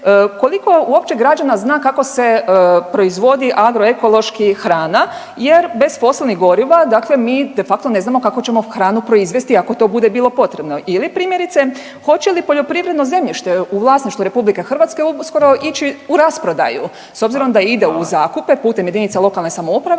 koliko uopće građana zna kako se proizvodi agroekološki hrana jer bez fosilnih goriva mi de facto ne znamo kako ćemo hranu proizvesti ako to bude bilo potrebno ili primjerice hoće li poljoprivredno zemljište u vlasništvu RH uskoro ići u rasprodaju s obzirom da ide u zakupe …/Upadica: Hvala./… putem jedinica lokalne samouprave,